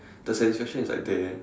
the satisfaction is like there